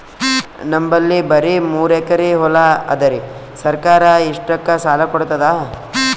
ನಮ್ ಬಲ್ಲಿ ಬರಿ ಮೂರೆಕರಿ ಹೊಲಾ ಅದರಿ, ಸರ್ಕಾರ ಇಷ್ಟಕ್ಕ ಸಾಲಾ ಕೊಡತದಾ?